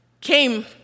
came